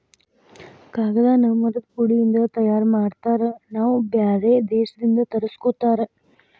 ಕಾಗದಾನ ಮರದ ಪುಡಿ ಇಂದ ತಯಾರ ಮಾಡ್ತಾರ ನಾವ ಬ್ಯಾರೆ ದೇಶದಿಂದ ತರಸ್ಕೊತಾರ